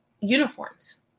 uniforms